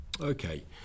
Okay